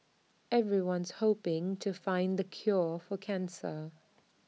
everyone's hoping to find the cure for cancer